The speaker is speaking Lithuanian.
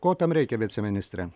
ko tam reikia viceministre